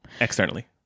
externally